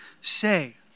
say